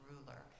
ruler